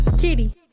Kitty